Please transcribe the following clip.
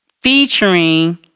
featuring